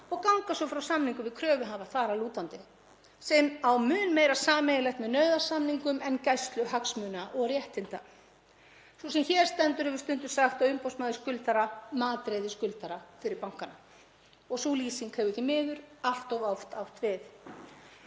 og ganga frá samningum við kröfuhafa þar að lútandi, sem á mun meira sameiginlegt með nauðasamningum en gæslu hagsmuna og réttinda. Sú sem hér stendur hefur stundum sagt að umboðsmaður skuldara matreiði skuldara fyrir bankana. Sú lýsing hefur því miður allt of oft átt við.